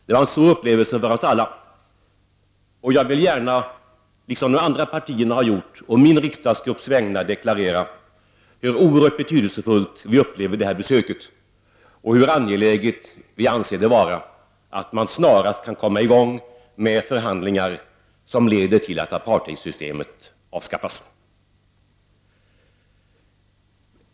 Det var en stor upplevelse för oss alla. Jag vill gärna, som de andra partiernas företrädare har gjort, å min riksdagsgrupps vägnar deklarera hur oerhört betydelsefullt vi upplever detta besök och hur angeläget vi anser det vara att man snarast kan komma i gång med förhandlingar som leder till att apartheidsystemet avskaffas.